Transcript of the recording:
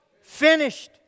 Finished